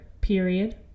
period